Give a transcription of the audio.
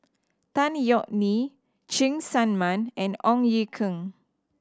Tan Yeok Nee Cheng Tsang Man and Ong Ye Kung